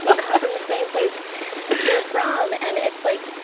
and from the same place you're from. and it's like,